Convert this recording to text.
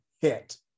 hit